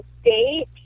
state